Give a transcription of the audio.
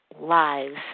lives